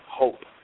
hope